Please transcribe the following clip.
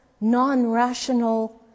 non-rational